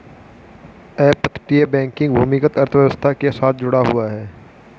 अपतटीय बैंकिंग भूमिगत अर्थव्यवस्था के साथ जुड़ा हुआ है